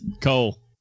Cole